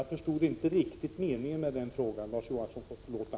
Jag förstod inte riktigt meningen med den frågan — Larz Johansson får förlåta.